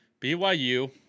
BYU